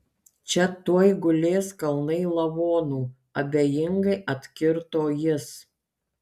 čia tuoj gulės kalnai lavonų abejingai atkirto jis